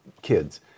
Kids